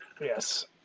yes